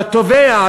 והתובע,